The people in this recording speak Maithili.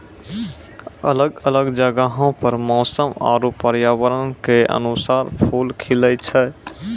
अलग अलग जगहो पर मौसम आरु पर्यावरण क अनुसार फूल खिलए छै